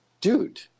dude